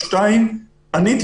עניתי,